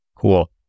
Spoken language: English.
Cool